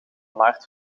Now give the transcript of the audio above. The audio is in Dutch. maart